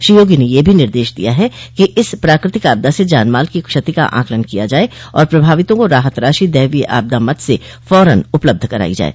श्री योगी ने यह निर्देश भी दिया है कि इस प्राकृतिक आपदा से जान माल की क्षति का आंकलन किया जाये और प्रभावितों को राहत राशि दैवीय आपदा मद से फौरन उपलब्ध कराई जाये